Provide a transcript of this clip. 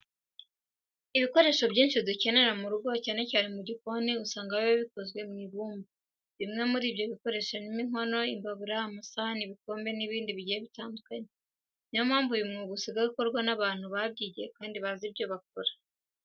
Ibikoresho byinshi dukoresha mu rugo cyane cyane mu gikoni usanga biba bikozwe mu ibumba. Bimwe muri ibyo bikoresho harimo inkono, imbabura, amasahani, ibikombe n'ibindi bigiye bitandukanye. Niyo mpamvu uyu mwuga usigaye ukorwa n'abantu babyigiye kandi bazi ibyo bakora.